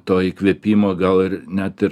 to įkvėpimo gal ir net ir